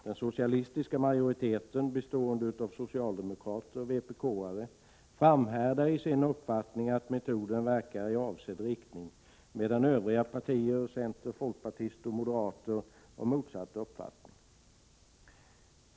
Den socialistiska majoriteten, bestående av socialdemokrater och vpk-are, framhärdar i sin uppfattning att metoden verkar i avsedd riktning, medan övriga partier — centern, folkpartiet och moderaterna — har motsatt uppfattning.